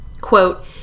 quote